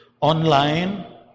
online